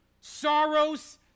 sorrows